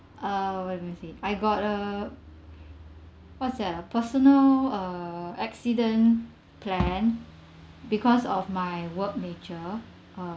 uh let me see I got uh what's that ah personal err accident plan because of my work nature uh